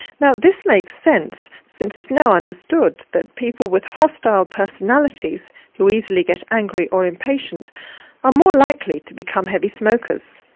now this makes sense since it's now understood that people with hostile personalities who easily get angry or impatient are more likely to become heavy smokers.